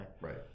right